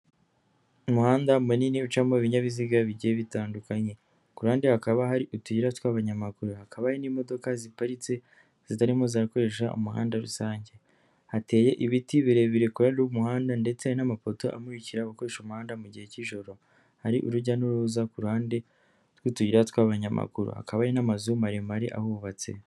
Umuhanda munini ucamo ibinyabiziga bigiye bitandukanye, ku ruhande hakaba hari utuyira tw'abanyamaguru, hakaba hari n'imodoka ziparitse zitarimo zirakoresha umuhanda rusange, hateye ibiti birebire ku muhanda ndetse n'amapoto amukira abakoresha umuhanda mu gihe cy'ijoro, hari urujya n'uruza ku ruhande rw'utuyira tw'abanyamaguru, hakaba hari n'amazu maremare ahubatse.